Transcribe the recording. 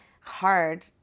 hard